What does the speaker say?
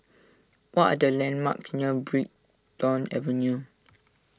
what are the landmarks near Brighton Avenue